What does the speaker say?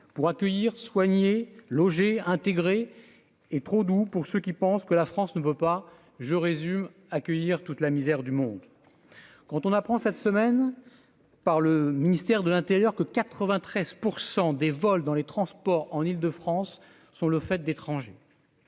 pour accueillir, soigner loger intégrer et trop doux pour ceux qui pensent que la France ne veut pas, je résume : accueillir toute la misère du monde quand on apprend cette semaine par le ministère de l'Intérieur que 93 % des vols dans les transports en Île-de-France sont le fait d'étrangers.